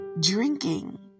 drinking